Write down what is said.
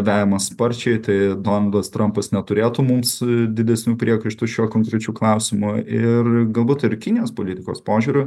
vejamės sparčiai tai donaldas trampas neturėtų mums didesnių priekaištų šiuo konkrečiu klausimu ir galbūt ir kinijos politikos požiūriu